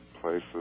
places